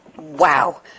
Wow